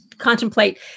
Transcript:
Contemplate